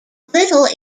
little